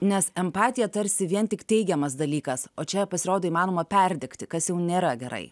nes empatija tarsi vien tik teigiamas dalykas o čia pasirodo įmanoma perdegti kas jau nėra gerai